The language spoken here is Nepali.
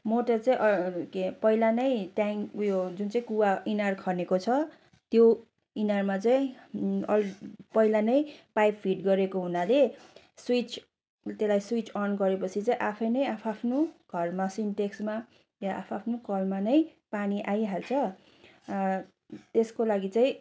मोटर चाहिँ पहिला नै ट्याङ उयो जुन चाहिँ कुवा इनार खनेको छ त्यो इनारमा चाहिँ पहिला नै पाइप फिट गरेको हुनाले स्विच त्यसलाई स्विच अन् गरे पछि चाहिँ आफै नै आफ्नो आफ्नो घरमा सिन्टेक्समा या आफ्नो आफ्नो कलमा नै पानी आइहाल्छ त्यसको लागि चाहिँ